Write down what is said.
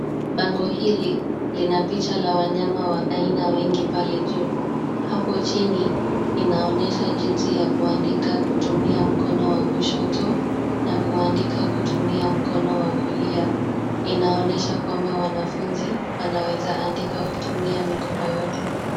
Bango hili lina picha ya wanyama aina wengi hapo juu. Hapo chini inaonyesha jinsi ya kuandika kutumia mkono wa kushoto na kuandika kutumia mkono wa kulia. Inaonyesha kwamba wanafunzi wanaweza andika wakitumia mikono yote.